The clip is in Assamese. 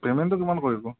পে'মেন্টটো কিমান কৰিব